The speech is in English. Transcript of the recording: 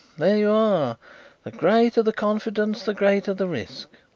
there you are the greater the confidence the greater the risk.